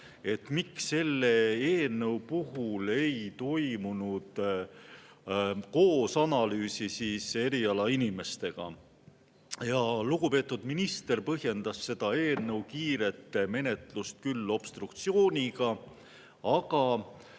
miks selle eelnõu puhul ei toimunud analüüsi koos erialainimestega. Lugupeetud minister põhjendas seda eelnõu kiiret menetlust küll obstruktsiooniga. Aga